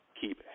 keep